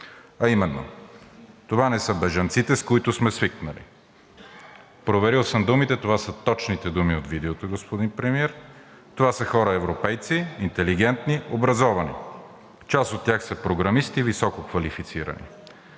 а именно: „Това не са бежанците, с които сме свикнали.“ Проверил съм думите, това са точните думи от видеото, господин Премиер: „Това са хора европейци, интелигентни, образовани, част от тях са програмисти, висококвалифицирани.